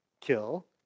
kill